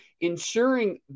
ensuring